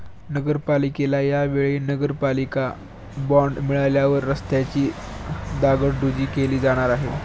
नगरपालिकेला या वेळी नगरपालिका बॉंड मिळाल्यावर रस्त्यांची डागडुजी केली जाणार आहे